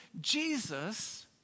Jesus